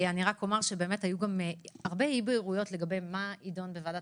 היו גם הרבה אי-בהירויות לגבי מה יידון בוועדת